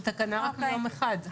זו תקנה ליום אחד.